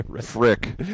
frick